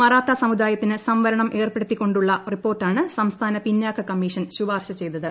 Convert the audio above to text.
മറാത്ത സമുദായത്തിന് സംവരണം ഏർപ്പെടുത്തിക്കൊണ്ടുള്ള റിപ്പോർട്ടാണ് സംസ്ഥാന പിന്നാക്ക കമ്മീഷൻ ശുപാർശ ചെയ്തത്